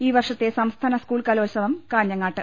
ഈ വർഷത്തെ സംസ്ഥാന സ്കൂൾ കലോത്സവം കാഞ്ഞ ങ്ങാട്ട്